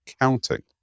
counting